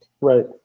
Right